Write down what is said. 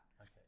Okay